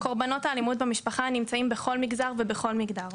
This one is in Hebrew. קורבנות האלימות במשפחה נמצאים בכל מגזר ובכל מגדר,